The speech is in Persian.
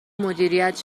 مدیریت